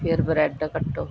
ਫਿਰ ਬਰੈਡ ਕੱਟੋ